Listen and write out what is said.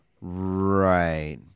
Right